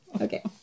okay